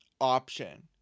option